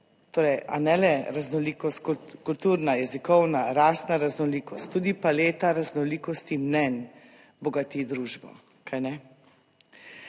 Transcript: torej a ne le raznolikost kulturna, jezikovna, rasna raznolikost, tudi paleta raznolikosti mnenj bogati družbo, kajne